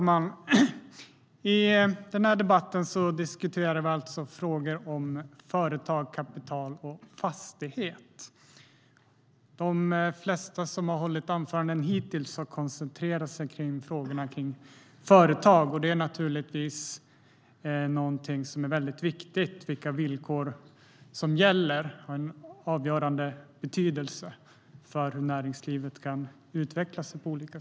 Herr talman! Vi debatterar alltså frågor om skatt på företag, kapital och fastighet. De flesta som har hållit sina anföranden har koncentrerat sig på företagen. Vilka villkor som gäller är givetvis viktigt och av avgörande betydelse för näringslivets utveckling.